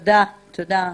תודה.